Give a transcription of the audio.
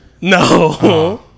No